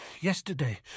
Yesterday